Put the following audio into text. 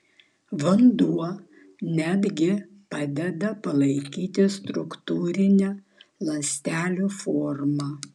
vanduo net gi padeda palaikyti struktūrinę ląstelių formą